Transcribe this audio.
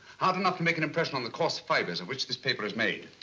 hard enough to make an impression on the course fibers of which this paper is made.